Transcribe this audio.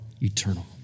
eternal